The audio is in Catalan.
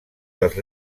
dels